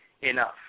enough